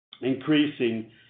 increasing